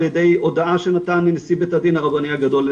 על ידי הודעה שנתן נשיא הרבני הגדול,